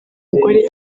mugore